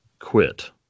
quit